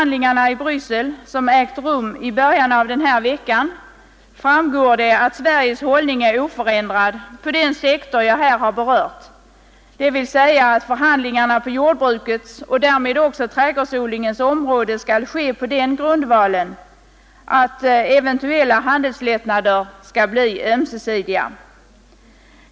den här veckan, framgår det att Sveriges hållning är oförändrad på den sektor jag här har berört, dvs. att förhandlingarna på jordbrukets och därmed också trädgårdsodlingens område skall ske på den grundvalen att eventuella handelslättnader skall bli ömsesidiga.